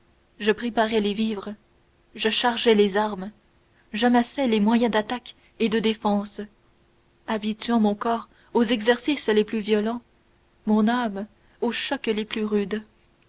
je préparais les vivres je chargeais les armes j'amassais les moyens d'attaque et de défense habituant mon corps aux exercices les plus violents mon âme aux chocs les plus rudes